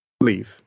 leave